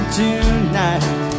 tonight